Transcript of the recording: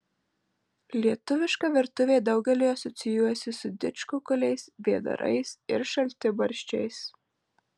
lietuviška virtuvė daugeliui asocijuojasi su didžkukuliais vėdarais ir šaltibarščiais